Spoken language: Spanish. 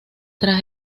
tras